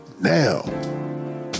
now